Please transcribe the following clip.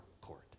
court